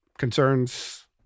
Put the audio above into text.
concerns